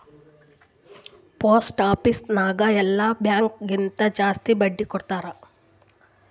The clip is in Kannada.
ಪೋಸ್ಟ್ ಆಫೀಸ್ ನಾಗ್ ಎಲ್ಲಾ ಬ್ಯಾಂಕ್ ಕಿಂತಾ ಜಾಸ್ತಿ ಬಡ್ಡಿ ಕೊಡ್ತಾರ್